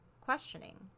questioning